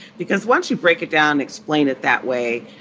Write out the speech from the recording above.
because once you break it down, explain it that way.